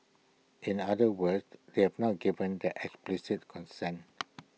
in other words they have not given their explicit consent